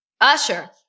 Usher